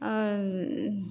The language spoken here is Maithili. आओर